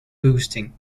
boosting